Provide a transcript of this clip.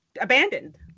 abandoned